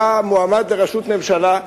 היה מועמד לראשות ממשלה.